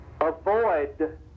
avoid